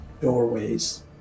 doorways